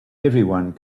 everyone